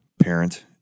parent